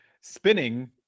spinning